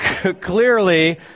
Clearly